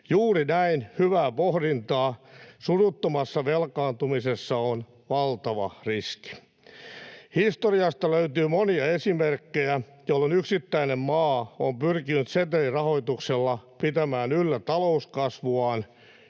Juuri näin, hyvää pohdintaa. Suruttomassa velkaantumisessa on valtava riski. Historiasta löytyy monia esimerkkejä, jolloin yksittäinen maa on pyrkinyt setelirahoituksella pitämään yllä talouskasvuaan